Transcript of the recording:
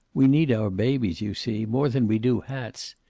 we need our babies, you see. more than we do hats!